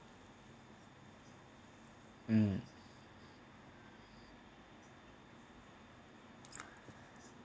mm